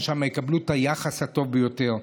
יקבלו את היחס הטוב ביותר,